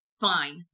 fine